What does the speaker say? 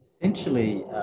Essentially